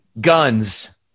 Guns